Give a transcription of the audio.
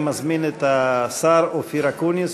אני מזמין את השר אופיר אקוניס.